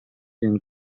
این